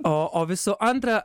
o o visų antra